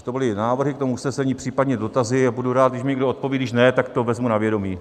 To byly návrhy k tomu usnesení, případně dotazy, a budu rád, když mi někdo odpoví, když ne, tak to vezmu na vědomí.